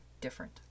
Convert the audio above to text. different